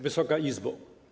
Wysoka Izbo!